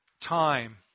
Time